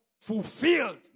fulfilled